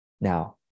Now